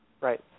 right